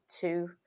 two